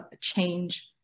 change